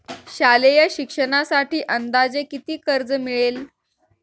शालेय शिक्षणासाठी अंदाजे किती कर्ज मिळेल?